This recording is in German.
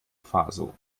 faso